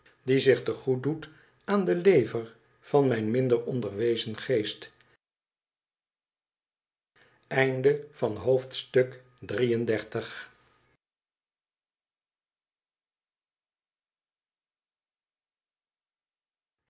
die zich te goed doet aan de lever van mijn minder onderwezen geest